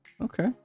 okay